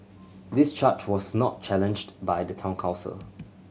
this charge was not challenged by the Town Council